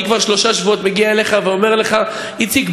אני כבר שלושה שבועות מגיע אליך ואומר לך: איציק,